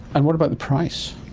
and what about the price?